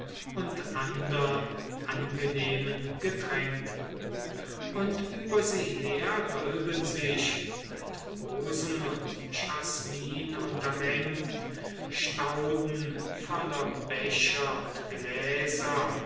und andern angenehmen getränken und über sie her wölben sich mit rosen und jasmin untermengt stauden voller becher und gläser